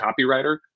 copywriter